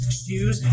shoes